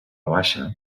baixa